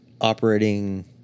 operating